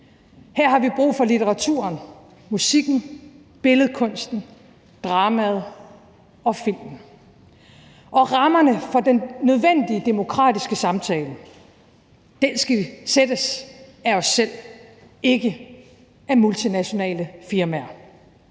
Her har vi brug for litteraturen, musikken, billedkunsten, dramaet og filmen, og rammerne for den nødvendige demokratiske samtale skal sættes af os selv, ikke af multinationale firmaer.